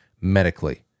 medically